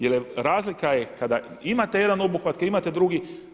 Jer razlika je kada imate jedan obuhvat, kada imate drugi.